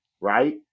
right